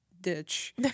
ditch